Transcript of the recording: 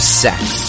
sex